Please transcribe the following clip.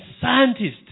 scientists